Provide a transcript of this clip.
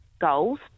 goals